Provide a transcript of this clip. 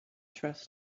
trust